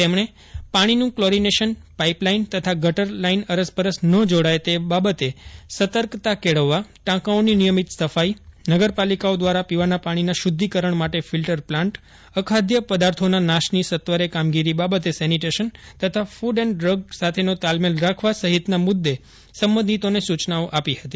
તેમણે પાણીનું chlorination pipe line તથા ગટર લાઇન અરસપરસ ન જોડાય જાય તે બબતે સતર્કતા કેળવવા ટાંકાઓની નિયમિત સફાઇ નગરપાલિકાઓ દ્વારા પીવાના પાણીના શુષ્વિકરણ માટે ફિલ્ટર પ્લાનન્ટન અખાદ્ય પદાર્થોના નાશની સત્વરે કામગીરી બાબતે સેનીટેશન તથા ફૂડ એન્ડ ડ્રગ સાથેનો તાલમેલ રાખવા સહિતના મુદ્દે સંબંધિતોને સુચના આપી હતી